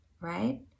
right